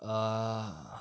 err